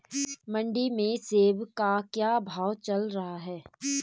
मंडी में सेब का क्या भाव चल रहा है?